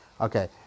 Okay